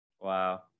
Wow